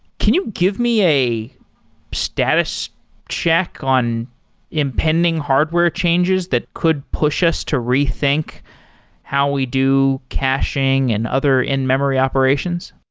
can you give me a status check on impending hardware changes that could push us to rethink how we do caching and other in-memory operations?